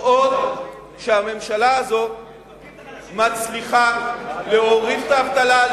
לראות שהממשלה הזאת מצליחה להוריד את האבטלה,